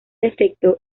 efecto